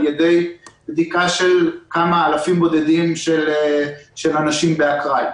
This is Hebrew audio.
ידי בדיקה של כמה אלפים בודדים של אנשים באקראי,